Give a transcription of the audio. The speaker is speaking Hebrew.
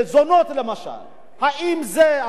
האם זו הסתה לגזענות, כן או לא?